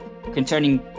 Concerning